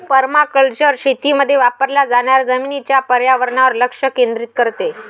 permaculture शेतीमध्ये वापरल्या जाणाऱ्या जमिनीच्या पर्यावरणावर लक्ष केंद्रित करते